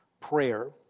prayer